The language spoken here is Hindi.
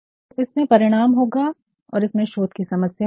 तो इसमें परिणाम होगा और इसमें शोध की समस्या होगी